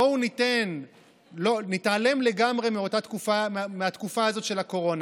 בואו נתעלם לגמרי מהתקופה הזאת של הקורונה,